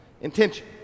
Intention